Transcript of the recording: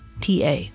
TA